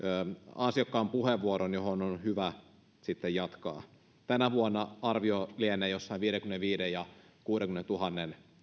ansiokkaan puheenvuoron johon on hyvä jatkaa tänä vuonna arvio lienee jossain viidenkymmenenviidentuhannen ja kuudenkymmenentuhannen